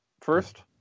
first